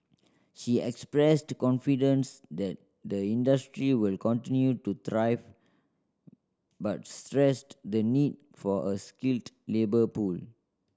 she expressed confidence that the industry will continue to thrive but stressed the need for a skilled labour pool